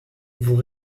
vous